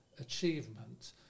achievement